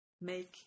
make